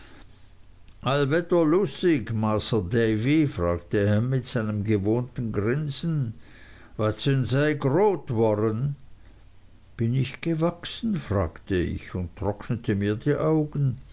masr davy fragte ham mit seinem gewohnten grinsen wat sünn sej grot woren bin ich gewachsen fragte ich und trocknete mir die augen